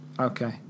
Okay